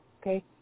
Okay